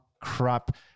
crap